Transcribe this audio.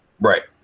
Right